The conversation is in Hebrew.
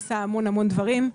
עושה המון המון דברים,